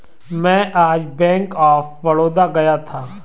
मैं आज bank of Baroda गया था